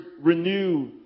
renew